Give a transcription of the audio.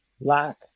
lack